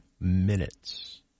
minutes